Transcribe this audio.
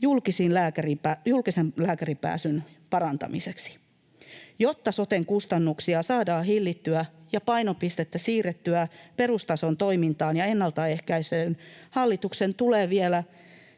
julkiseen lääkäriin pääsyn parantamiseksi. Jotta soten kustannuksia saadaan hillittyä ja painopistettä siirrettyä perustason toimintaan ja ennaltaehkäisyyn, hallituksen tulee vielä